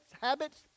habits